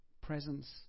presence